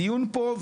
הדיון פה,